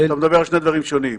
אתה מדבר על שני דברים שונים.